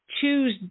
choose